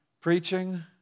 preaching